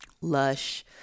lush